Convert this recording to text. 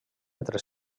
entre